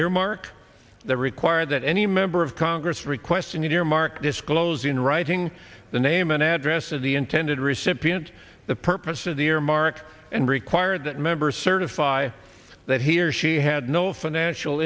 earmark they require that any member of congress request and earmark disclose in writing the name and address of the intended recipient the purpose of the earmark and require that members certify that he or she had no financial